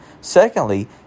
Secondly